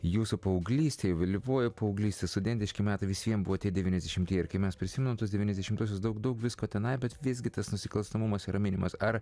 jūsų paauglystė vėlyvoji paauglystė studentiški metai vis vien buvo tie devyniasdešimtieji ir kai mes prisimenam tuos devyniasdešimtuosius daug daug visko tenai bet visgi tas nusikalstamumas yra minimas ar